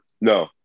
No